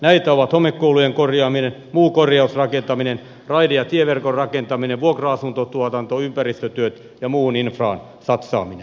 näitä ovat homekoulujen korjaaminen muu korjausrakentaminen raide ja tieverkon rakentaminen vuokra asuntotuotanto ympäristötyöt ja muuhun infraan satsaaminen